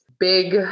big